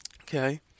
okay